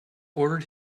ordered